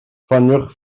ffoniwch